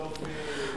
יופי.